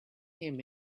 him